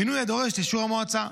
מינוי הדורש אישור המועצה,